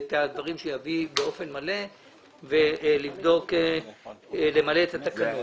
יביא אותו באופן מלא וימלא אחר התקנות.